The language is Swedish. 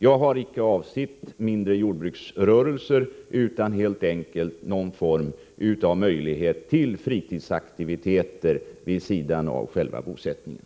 Jag har, som sagt, icke avsett mindre jordbruksrörelser utan helt enkelt någon form av fritidsaktiviteter vid sidan av själva bosättningen.